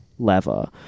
lever